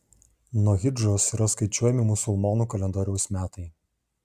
nuo hidžros yra skaičiuojami musulmonų kalendoriaus metai